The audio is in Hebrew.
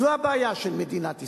זו הבעיה של מדינת ישראל.